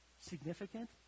significant